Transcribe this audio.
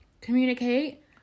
communicate